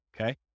Okay